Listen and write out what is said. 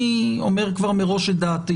אני כבר אומר מראש את דעתי